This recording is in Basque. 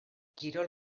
kirol